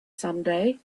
someday